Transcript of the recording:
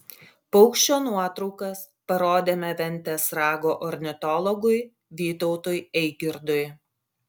paukščio nuotraukas parodėme ventės rago ornitologui vytautui eigirdui